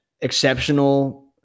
Exceptional